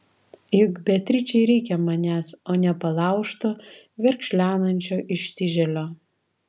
juk beatričei reikia manęs o ne palaužto verkšlenančio ištižėlio